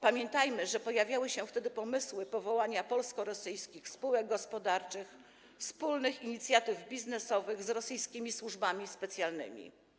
Pamiętajmy, że pojawiały się wtedy pomysły powołania polsko-rosyjskich spółek gospodarczych, czyli wspólnych inicjatyw biznesowych z rosyjskimi służbami specjalnymi.